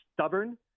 stubborn